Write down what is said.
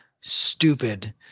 stupid